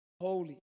holy